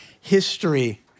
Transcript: history